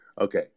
Okay